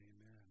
Amen